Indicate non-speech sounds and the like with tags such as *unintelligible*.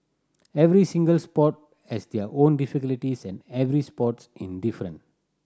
every single sport has their own *unintelligible* and every sports in different